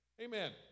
Amen